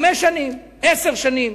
חמש שנים, עשר שנים,